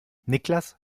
niklas